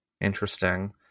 Interesting